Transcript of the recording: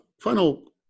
final